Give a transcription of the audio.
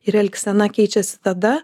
ir elgsena keičiasi tada